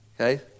Okay